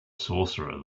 sorcerer